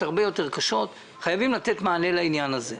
קשות יותר וחייבים לתת מענה לעניין הזה.